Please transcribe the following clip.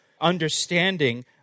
understanding